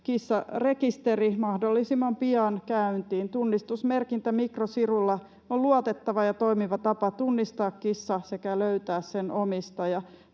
kissarekisteri mahdollisimman pian käyntiin. Tunnistusmerkintä mikrosirulla on luotettava ja toimiva tapa tunnistaa kissa sekä löytää sen omistaja.